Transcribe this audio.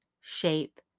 shape